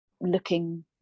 looking